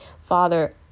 Father